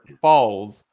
falls